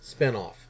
spinoff